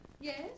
Yes